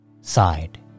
sighed